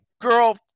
girl